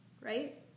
right